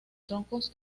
troncos